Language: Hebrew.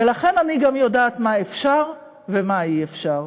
ולכן אני גם יודעת מה אפשר ומה אי-אפשר.